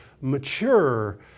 mature